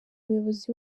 muyobozi